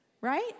Right